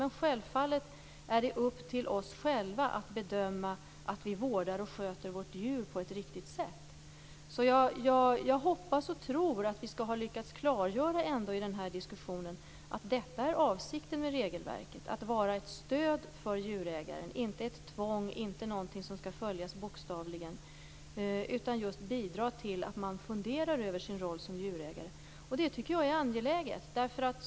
Det är självfallet upp till oss själva att bedöma om vi vårdar och sköter vårt djur på ett riktigt sätt. Jag hoppas och tror att vi i den här diskussionen har lyckats klargöra att avsikten med regelverket är att vara ett stöd för djurägaren, inte ett tvång, inte någonting som skall följas bokstavligen, utan just bidra till att man funderar över sin roll som djurägare. Det tycker jag är angeläget.